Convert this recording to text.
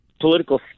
political